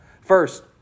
First